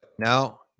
now